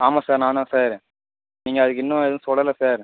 ஆமாம் சார் நான் தான் சார் நீங்கள் அதுக்கு இன்னும் எதுவும் சொல்லல சார்